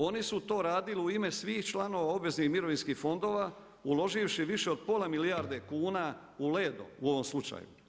Oni su to radili u ime svih članova obveznih mirovinskih fondova, uloživši više od pola milijarde kuna u Ledo, u ovom slučaju.